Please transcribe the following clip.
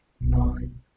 nine